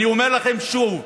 אני אומר לכם שוב,